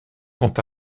quant